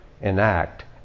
enact